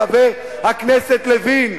חבר הכנסת לוין.